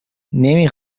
نمی